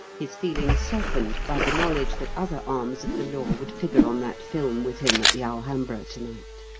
his feelings softened by the knowledge that other arms of the law would figure on that film with him at the alhambra to-night.